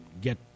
get